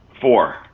Four